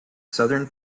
southern